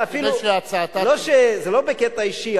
זה לא בקטע אישי.